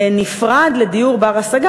נפרד לדיור בר-השגה,